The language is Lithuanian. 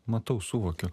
matau suvokiu